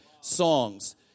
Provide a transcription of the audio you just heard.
songs